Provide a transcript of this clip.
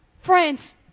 friends